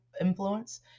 influence